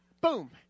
boom